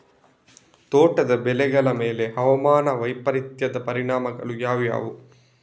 ತೋಟದ ಬೆಳೆಗಳ ಮೇಲೆ ಹವಾಮಾನ ವೈಪರೀತ್ಯದ ಪರಿಣಾಮಗಳು ಯಾವುವು?